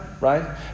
right